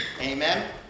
Amen